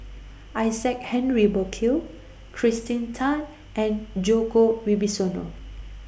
Isaac Henry Burkill Kirsten Tan and Djoko Wibisono